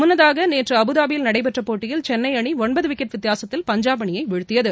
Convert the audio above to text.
முன்னதாக நேற்று அபுதாபியில் நடைபெற்ற போட்டியில் சென்னை அணி ஒன்பது விக்கெட் வித்தியாசத்தில் பஞ்சாப் அணியை வீழ்த்தியது